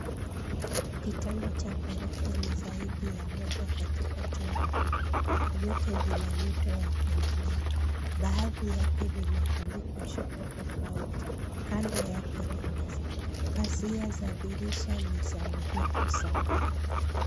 Kitanda cha ghorofa ni zaidi ya moja katika chumba hiki. Vyote vina mito ya kulalia .Baadhi yake vimetandikwa shuka tofauti .Kando yake ni meza. Pazia za dirisha ni za dirisha ni za urefu sana.